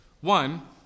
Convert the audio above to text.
One